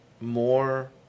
more